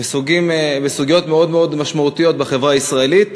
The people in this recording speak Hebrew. בסוגיות מאוד מאוד משמעותיות בחברה הישראלית,